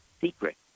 Secret